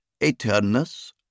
Eternus